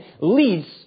leads